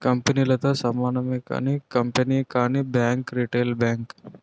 కంపెనీలతో సమానమే కానీ కంపెనీ కానీ బ్యాంక్ రిటైల్ బ్యాంక్